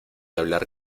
hablar